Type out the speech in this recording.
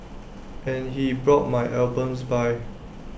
and he brought my albums by